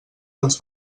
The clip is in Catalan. dels